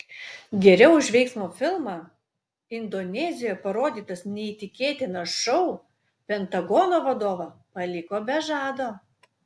geriau už veiksmo filmą indonezijoje parodytas neįtikėtinas šou pentagono vadovą paliko be žado